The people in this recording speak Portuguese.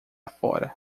fora